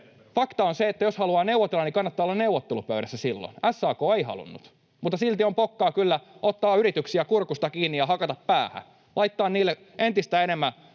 fakta on se, että jos haluaa neuvotella, niin silloin kannattaa olla neuvottelupöydässä. SAK ei halunnut. Mutta silti on pokkaa kyllä ottaa yrityksiä kurkusta kiinni ja hakata päähän, laittaa niille entistä enemmän